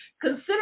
consider